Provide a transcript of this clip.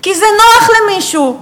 כי זה נוח למישהו,